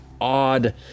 odd